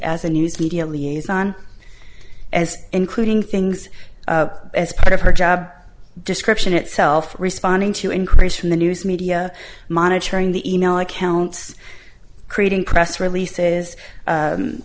as a news media liaison as including things as part of her job description itself responding to increase from the news media monitoring the e mail accounts creating press releases